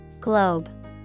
Globe